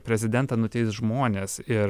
prezidentą nuteis žmonės ir